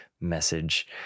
message